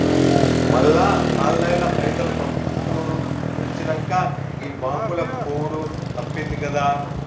మళ్ల ఆన్లైన్ల పైసలు పంపిచ్చుకునుడు వచ్చినంక, గీ బాంకులకు పోవుడు తప్పిందిగదా